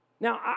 Now